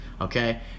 Okay